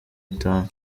itanu